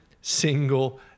single